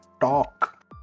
Talk